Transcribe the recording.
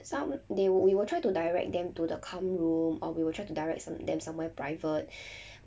some they we would try to direct them to the calm room or we will try to direct some~ them somewhere private